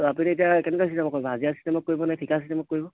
তো আপুনি এতিয়া কেনেকুৱা চিষ্টেমত কৰিব হাজিৰা চিষ্টেমত কৰিবনে ঠিকা চিষ্টেমত কৰিব